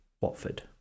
Watford